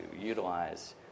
utilize